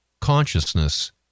consciousness